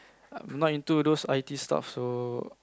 not into those I_T stuff so